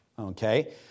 Okay